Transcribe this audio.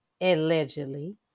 allegedly